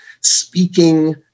speaking